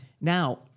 Now